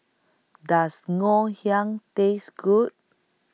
Does Ngoh Hiang Taste Good